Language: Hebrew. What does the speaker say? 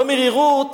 והמרירות